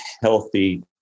healthy